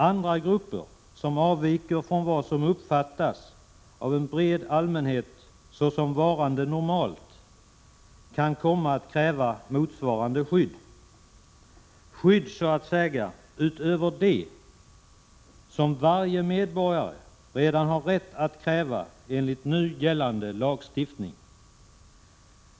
Andra grupper som avviker från vad som uppfattas av en bred allmänhet såsom varande normalt, kan komma att kräva motsvarande skydd — skydd, så att säga utöver det som varje medborgare redan har rätt att kräva enligt nu gällande lagstiftning.